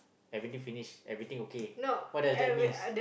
everything finish everything okay what does that means